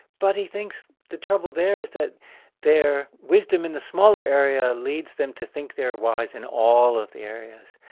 but he thinks the trouble there is that their wisdom in the smaller area leads them to think they're wise in all of the areas.